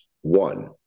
one